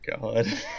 God